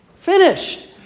finished